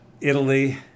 Italy